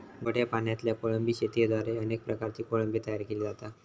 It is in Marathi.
गोड्या पाणयातल्या कोळंबी शेतयेद्वारे अनेक प्रकारची कोळंबी तयार केली जाता